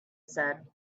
said